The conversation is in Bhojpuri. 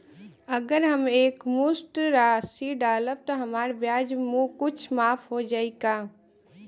अगर हम एक मुस्त राशी डालब त हमार ब्याज कुछ माफ हो जायी का?